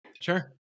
Sure